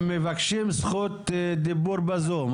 הם מבקשים זכות דיבור בזום,